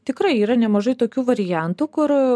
tikrai yra nemažai tokių variantų kur